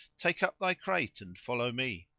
take up thy crate and follow me.